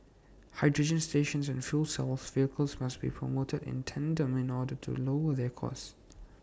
hydrogen stations and fuel cell of vehicles must be promoted in tandem in order to lower their cost